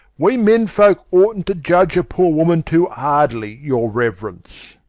we menfolk oughtn't to judge a poor woman too hardly, your reverence.